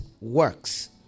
works